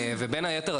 בין היתר,